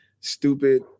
stupid